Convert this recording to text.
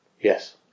Yes